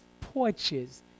porches